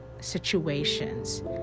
situations